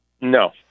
No